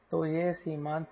तो ये सीमांत चीजें हैं